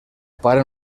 pare